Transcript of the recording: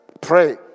Pray